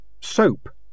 Soap